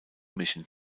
mischen